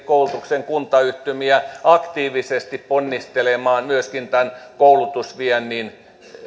ja koulutuksen kuntayhtymiä aktiivisesti ponnistelemaan myöskin tämän koulutusviennin